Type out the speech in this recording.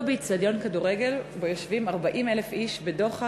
מדוע באיצטדיון כדורגל שיושבים בו 40,000 איש בדוחק,